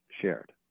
shared